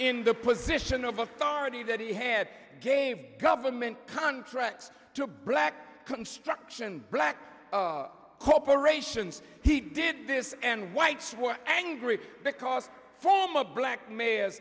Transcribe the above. in the position of authority that he had gave government contracts to black construction black corporations he did this and whites were angry because former black ma